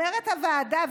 אומרת הוועדה,